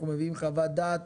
אנחנו מביאים חוות דעת.